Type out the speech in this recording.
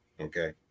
Okay